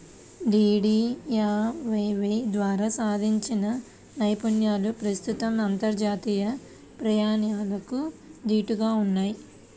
DDUAY ద్వారా సాధించిన నైపుణ్యాలు ప్రస్తుతం అంతర్జాతీయ ప్రమాణాలకు దీటుగా ఉన్నయ్